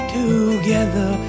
together